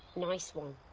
nice one,